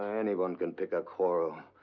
and anyone can pick a quarrel.